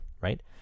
right